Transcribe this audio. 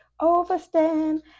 overstand